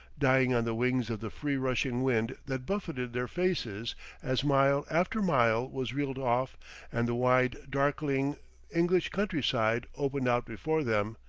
dying on the wings of the free rushing wind that buffeted their faces as mile after mile was reeled off and the wide, darkling english countryside opened out before them,